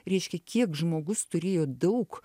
reiškia kiek žmogus turėjo daug